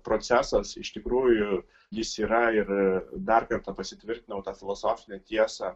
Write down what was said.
procesas iš tikrųjų jis yra ir dar kartą pasitvirtinau tą filosofinę tiesą